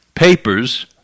Papers